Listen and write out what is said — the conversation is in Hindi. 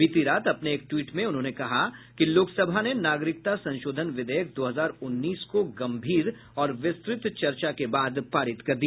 बीती रात अपने एक ट्वीट में उन्होंने कहा कि लोकसभा ने नागरिकता संशोधन विधेयक दो हजार उन्नीस को गंभीर और विस्तृत चर्चा के बाद पारित कर दिया